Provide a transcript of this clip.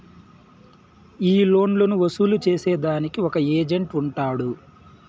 ఈ లోన్లు వసూలు సేసేదానికి ఒక ఏజెంట్ ఉంటాడు